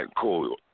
cool